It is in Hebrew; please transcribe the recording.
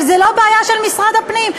אבל זו לא בעיה של משרד הפנים,